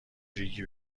ریگی